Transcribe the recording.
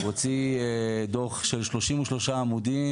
הוציא דוח של 33 עמודים,